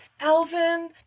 Alvin